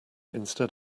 instead